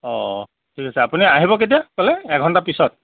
অঁ ঠিক আছে আপুনি আহিব কেতিয়া ক'লে এঘণ্টাৰ পিছত